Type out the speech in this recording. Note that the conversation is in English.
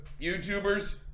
YouTubers